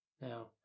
Now